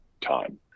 time